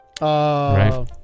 Right